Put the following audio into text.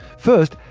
first,